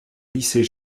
lycée